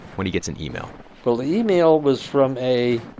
when he gets an email well, the email was from a